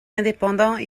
indépendants